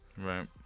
Right